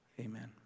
Amen